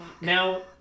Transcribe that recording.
Now